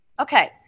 Okay